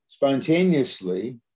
spontaneously